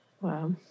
Wow